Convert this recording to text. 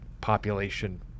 population